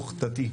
וחוזרים הביתה,